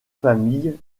familles